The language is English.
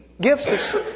gifts